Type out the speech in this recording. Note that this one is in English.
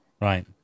right